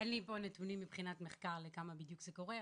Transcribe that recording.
אין לי פה נתונים מבחינת מחקר לכמה בדיוק זה קורה,